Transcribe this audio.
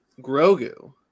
Grogu